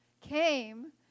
came